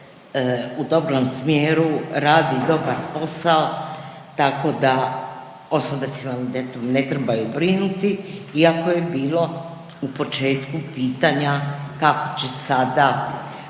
u dobrom smjeru, radi dobar posao, tako da osobe s invaliditetom ne trebaju brinuti iako je bilo u početku pitanja kako će sada